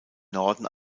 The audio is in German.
norden